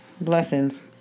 blessings